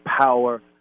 Power